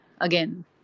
again